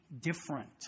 different